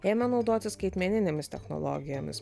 ėmė naudotis skaitmeninėmis technologijomis